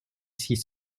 six